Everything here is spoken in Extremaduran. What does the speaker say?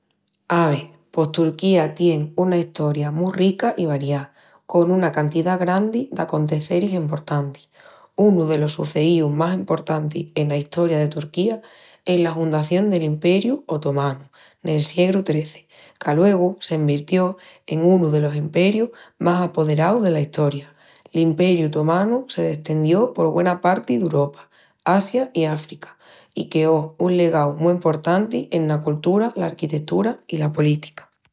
Ave, pos Turquía tien una estoria mu rica i variá, con una cantidá grandi d'aconteceris emportantis. Unu delos suceíus más emportantis ena estoria de Turquía es la hundación del Imperiu Otomanu nel siegru XIII, qu'aluegu s'envirtió en unu delos imperius más apoderaus dela Estoria. L'Imperiu Otomanu se destendió por güena parti d'Uropa, Asia i África, i queó un legau mu emportanti ena coltura, la arquitetura i la política.